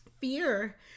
fear